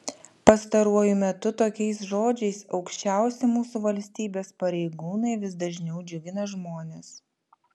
pastaruoju metu tokiais žodžiais aukščiausi mūsų valstybės pareigūnai vis dažniau džiugina žmones